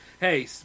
hey